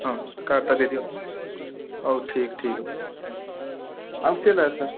ହଁ କାରଟା ଦେଇ ଦେଇଦିଅନ୍ତୁ ହଉ ଠିକ୍ ଠିକ୍ ଅଛି ସାର୍ ହଁ ଆସୁଛି ହେଲା ସାର୍